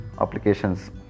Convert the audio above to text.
applications